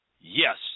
Yes